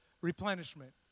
replenishment